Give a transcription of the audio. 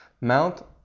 mount